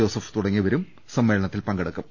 Joseph തുട ങ്ങിയവരും സമ്മേളനത്തിൽ പങ്കെടുക്കും